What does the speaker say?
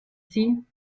sie